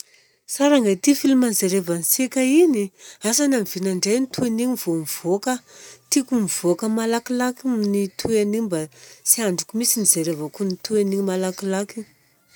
Tsara angaity film nijerevantsika igny. Asa raha amin'ny oviana indray ny tohiny igny vao mivoaka? Tiako mivoaka malakilaky ny tohin'igny mba tsy andriko mintsy ijerevako ny tohin'igny malakilaky!